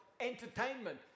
entertainment